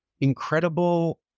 incredible